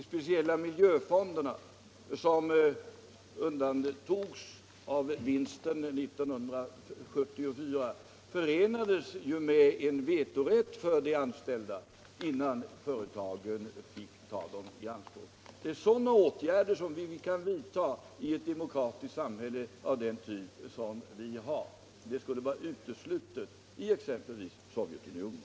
De speciella miljöfonderna, som undantogs av vinsten 1974, förenades ju med en vetorätt för de anställda innan företagen fick ta dem i anspråk. Det är sådana åtgärder som vi kan vidta i ett demokratiskt samhälle av den typ som vi har. Det skulle vara uteslutet i exempelvis Sovjetunionen.